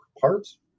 parts